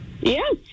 Yes